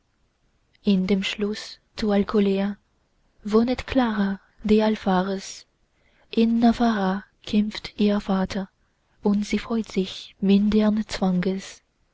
in dem schloß zu alkolea wohnet clara de alvares in navarra kämpft ihr vater und sie freut sich